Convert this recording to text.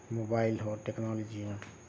mobile ہو technology ہو